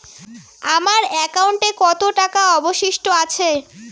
আমার একাউন্টে কত টাকা অবশিষ্ট আছে?